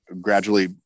gradually